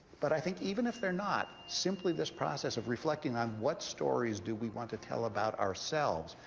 but i think even if they're not, simply this process of reflecting on what stories do we want to tell about ourselves,